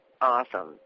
Awesome